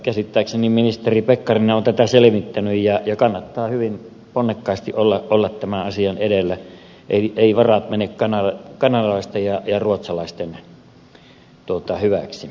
käsittääkseni ministeri pekkarinen on tätä selvittänyt ja kannattaa hyvin ponnekkaasti olla tämän asian edellä etteivät varat mene kanadalaisten ja ruotsalaisten hyväksi